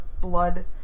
blood